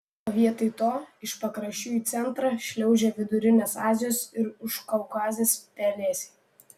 o vietoj to iš pakraščių į centrą šliaužia vidurinės azijos ir užkaukazės pelėsiai